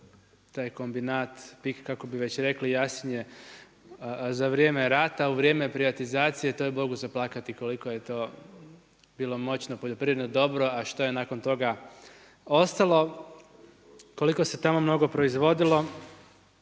taj kombinat PIK kako bi već rekli Jasinje za vrijeme rata u vrijeme privatizacije to je Bogu za plakati koliko je to bilo moćno poljoprivredno dobro, a što je nakon toga ostalo, koliko se tamo mnogo proizvodilo,